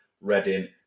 Reading